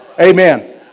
amen